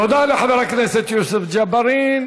תודה לחבר הכנסת יוסף ג'בארין.